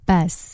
Bus